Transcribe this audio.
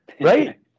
Right